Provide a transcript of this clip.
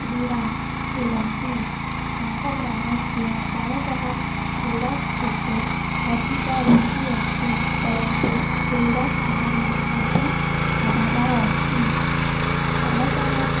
क्रीडां क्रीडन्ति मम ग्रामस्य बालकानां क्रीडाक्षेत्रे अधिकरुचिः अस्ति परन्तु क्रीडासामग्रीणामपि अभावः अस्ति बालकानाम्